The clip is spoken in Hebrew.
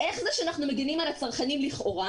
איך זה שאנחנו מגנים על הצרכנים לכאורה